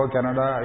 Canada